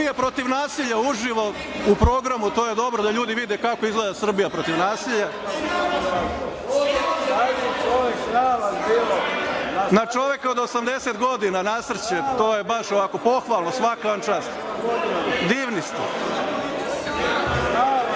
„Srbije protiv nasilja“ uživo u programu. To je dobro da ljudi vide kako izgleda „Srbija protiv nasilja“.Na čoveka od 80 godina nasrće, to je baš ovako pohvalno. Svaka vam čast. Divni ste.